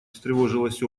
встревожилась